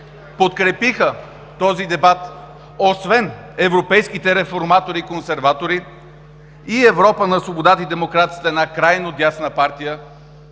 подкрепиха този дебат, освен европейските реформатори и консерватори, и „Европа на свободата и демокрацията“ – една крайно дясна партия,